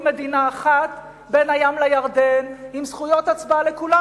מדינה אחת בין הים לירדן עם זכויות הצבעה לכולם,